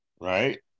Right